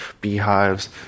beehives